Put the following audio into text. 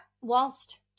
Whilst